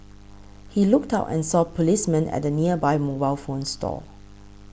he looked out and saw policemen at the nearby mobile phone store